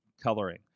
coloring